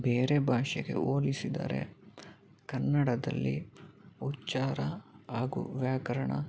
ಬೇರೆ ಭಾಷೆಗೆ ಹೋಲಿಸಿದರೆ ಕನ್ನಡದಲ್ಲಿ ಉಚ್ಚಾರ ಹಾಗೂ ವ್ಯಾಕರಣ